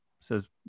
Says